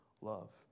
love